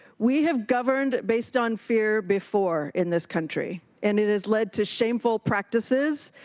we have governed based on fear before in this country. and it has led to shameful practices,